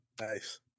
nice